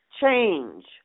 change